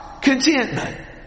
contentment